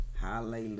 Hallelujah